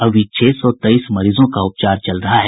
अभी छह सौ तेईस मरीजों का उपचार चल रहा है